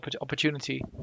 opportunity